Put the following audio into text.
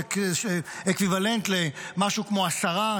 זה אקוויוולנט למשהו כמו עשרה,